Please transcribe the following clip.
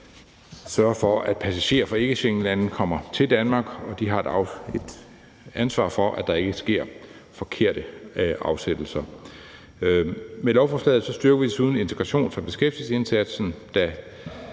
sørger for, at passagerer fra ikkeschengenlande kommer til Danmark, og de har et ansvar for, at der ikke sker forkerte afsættelser. Med lovforslaget styrker vi desuden integrations- og beskæftigelsesindsatsen,